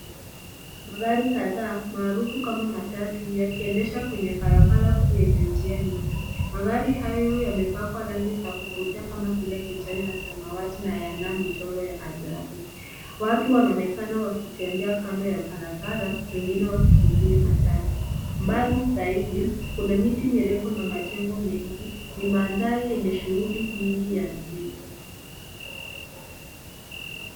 Magari kadhaa maarufu kama matatu yakiendesha kwenye barabara kuu yenye njia nyingi. Magari hayo yamepakwa rangi za kuvutia kama vile kijani na samawati na yana michoro ya ajabu. Watu wanaonekana wakitembea kando ya barabara wengine wakisubiri matatu. Mbali zaidi kuna miti mirefu na majengo mengi, ni mandhari yenye shughuli nyingi ya jiji.